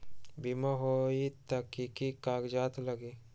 बिमा होई त कि की कागज़ात लगी?